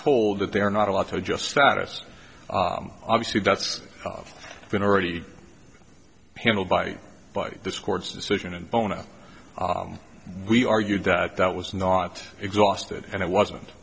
told that they are not allowed to just status obviously that's been already handled by by this court's decision and bona we argued that that was not exhausted and it wasn't